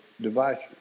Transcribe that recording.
devices